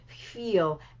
feel